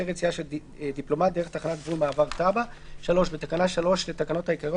תיקון תקנה 1 בתקנות סמכויות